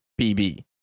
bb